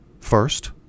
First